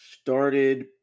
started